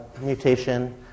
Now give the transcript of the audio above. mutation